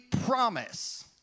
promise